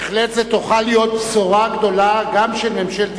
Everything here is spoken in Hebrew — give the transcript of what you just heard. זאת בהחלט תוכל להיות בשורה גדולה גם של ממשלת